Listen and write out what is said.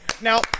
Now